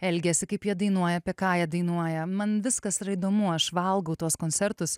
elgiasi kaip jie dainuoja apie ką jie dainuoja man viskas yra įdomu aš valgau tuos koncertus